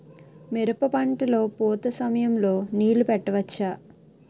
మిరప పంట లొ పూత సమయం లొ నీళ్ళు పెట్టవచ్చా?